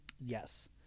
Yes